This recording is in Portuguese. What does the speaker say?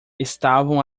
estavam